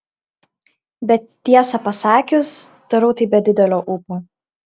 bet tiesą pasakius darau tai be didelio ūpo